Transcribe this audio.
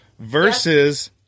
Versus